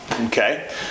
okay